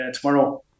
tomorrow